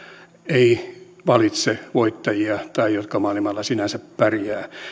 ei valitse voittajia tai niitä jotka maailmalla sinänsä pärjäävät vaan